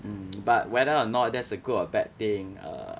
mm but whether or not that's a good or bad thing err